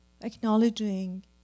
acknowledging